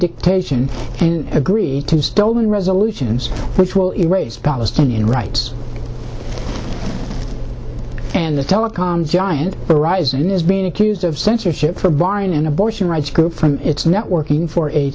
dictation and agree to stolen resolutions which will erase palestinian rights and the telecom giant horizon is being accused of censorship for bahrain an abortion rights group for its networking for a